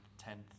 tenth